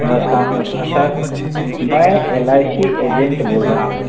नमस्कार नमस्कार सर मैं एल आई सी एजेंट बोल रहा हूँ